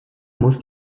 muss